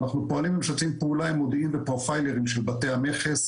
אנחנו פועלים ומשתפים פעולה עם מודיעין ופרופיילרים של בתי המכס,